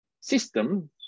system